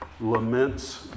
laments